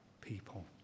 people